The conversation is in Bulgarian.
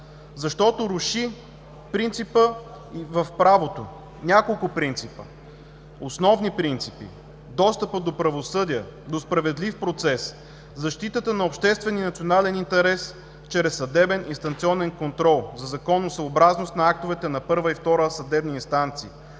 защото руши принципа в правото, няколко основни принципа: достъпът до правосъдие, до справедлив процес, защитата на обществения и национален интерес чрез съдебен инстанционен контрол за законосъобразност на актовете на първа и втора съдебни инстанции.